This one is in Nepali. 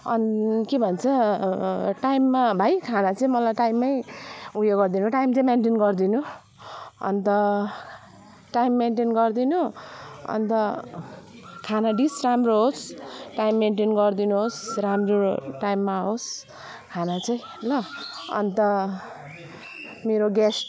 अनि के भन्छ टाइममा भाइ खाना चाहिँ मलाई टाइममा उयो गरिदिनु टाइम चाहिँ मेन्टेन गरिदिनु अन्त टाइम मेन्टेन गरिदिनु अन्त खाना डिस राम्रो होस् टाइम मेन्टेन गरिदिनु होस् राम्रो टाइममा आवोस् खाना चाहिँ ल अन्त मेरो गेस्ट